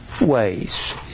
ways